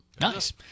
Nice